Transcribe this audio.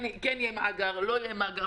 אם כן יהיה מאגר או לא יהיה מאגר,